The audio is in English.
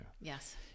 yes